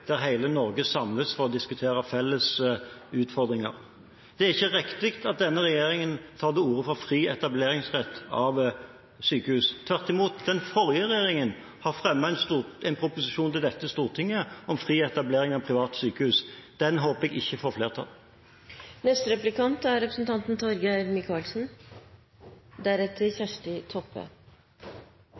der hele Norge samles for å diskutere felles utfordringer. Det er ikke riktig at denne regjeringen tar til orde for fri etableringsrett av sykehus. Tvert imot, den forrige regjeringen har fremmet en proposisjon til dette stortinget om fri etablering av private sykehus. Den håper jeg ikke får flertall. Det hadde vært fristende å følge opp dette temaet, men foreløpig er